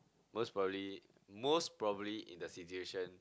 most probably most probably in the situation